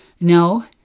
No